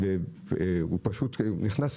הוא פשוט נכנס,